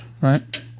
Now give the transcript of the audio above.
right